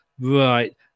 Right